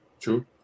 True